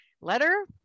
letter